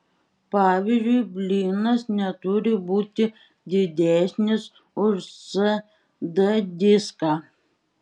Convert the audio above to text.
pavyzdžiui blynas neturi būti didesnis už cd diską